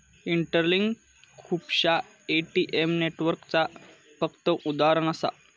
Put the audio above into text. interlink खुपश्या ATM नेटवर्कचा फक्त उदाहरण असा